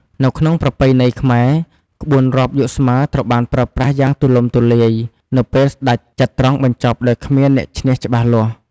នៅក្នុងប្រពៃណីខ្មែរ ក្បួនរាប់យកស្មើត្រូវបានប្រើប្រាស់យ៉ាងទូលំទូលាយនៅពេលល្បែងចត្រង្គបញ្ចប់ដោយគ្មានអ្នកឈ្នះច្បាស់លាស់។